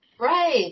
Right